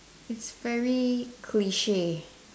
it's very cliche